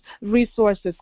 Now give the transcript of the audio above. resources